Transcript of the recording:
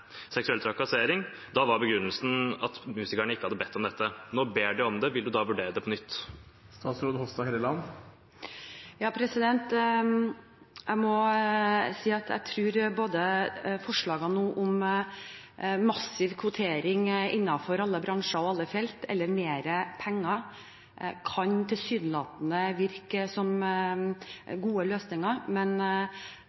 trakassering, var begrunnelsen at musikerne ikke hadde bedt om dette. Nå ber de om det, vil da statsråden vurdere det på nytt? Jeg må si at jeg tror forslagene om massiv kvotering innenfor alle bransjer og alle felt – eller mer penger – tilsynelatende kan virke som